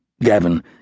Gavin